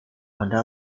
ada